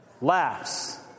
laughs